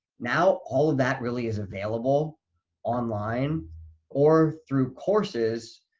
now, all of that really is available online or through courses.